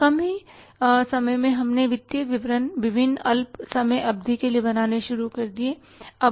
और कम ही समय में हमने वित्तीय विवरण विभिन्न अल्प समय अवधि के लिए बनाने शुरू कर दिए